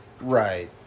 Right